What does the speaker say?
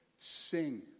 Sing